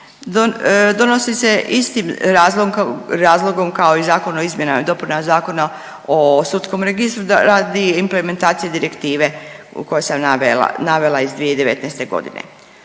donosi se istim razlogom kao i Zakon o izmjenama i dopunama Zakona o sudskom registru radi implementacije direktive koju sam navela iz 2019.g.